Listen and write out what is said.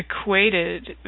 Equated